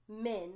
men